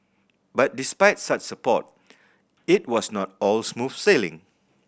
but despite such support it was not all smooth sailing